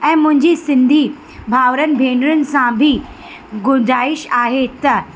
ऐं मुंहिंजी सिंधी भाउरनि भेनरुनि सां बि गुंजाइश आहे त